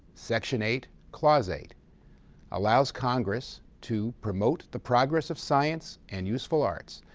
section eight, clause eight allows congress to promote the progress of science and useful arts,